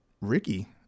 Ricky